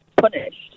punished